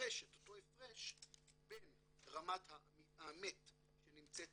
ההפרש בין רמת האמת שנמצאת